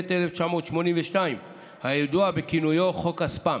התשמ"ב 1982, הידוע בכינויו "חוק הספאם".